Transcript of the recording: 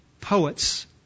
poets